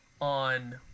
on